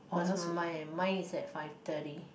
cause my my mine is at five thirty